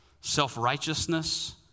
self-righteousness